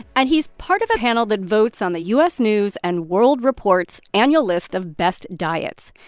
and he's part of a panel that votes on the u s. news and world report's annual list of best diets.